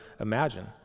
imagine